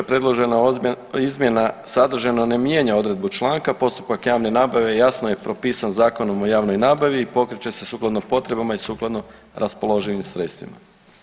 Predložena izmjena sadržajno ne mijenja odredbu članka, postupak javne nabave jasno je propisan Zakonom o javnoj nabavi i pokreće se sukladno potrebama i sukladno raspoloživim sredstvima.